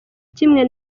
kimwe